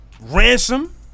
Ransom